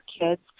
kids